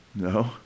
No